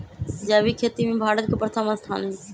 जैविक खेती में भारत के प्रथम स्थान हई